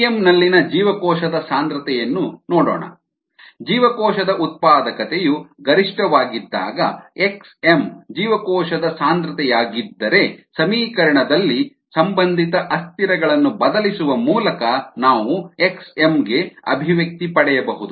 Dm ನಲ್ಲಿನ ಜೀವಕೋಶದ ಸಾಂದ್ರತೆಯನ್ನು ನೋಡೋಣ ಜೀವಕೋಶದ ಉತ್ಪಾದಕತೆಯು ಗರಿಷ್ಠವಾಗಿದ್ದಾಗ x m ಜೀವಕೋಶದ ಸಾಂದ್ರತೆಯಾಗಿದ್ದರೆ ಸಮೀಕರಣದಲ್ಲಿ ಸಂಬಂಧಿತ ಅಸ್ಥಿರಗಳನ್ನು ಬದಲಿಸುವ ಮೂಲಕ ನಾವು x m ಗೆ ಅಭಿವ್ಯಕ್ತಿ ಪಡೆಯಬಹುದು